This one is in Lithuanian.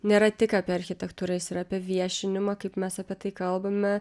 nėra tik apie architektūrą jis ir apie viešinimą kaip mes apie tai kalbame